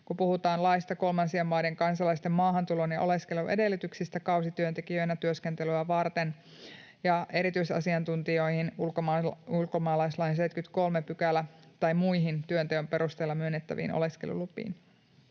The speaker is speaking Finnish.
kun puhutaan laista kolmansien maiden kansalaisten maahantulon ja oleskelun edellytyksistä kausityöntekijöinä työskentelyä varten, eikä erityisasiantuntijoihin — ulkomaalaislain 73 §— tai muihin työnteon perusteella myönnettäviin oleskelulupiin.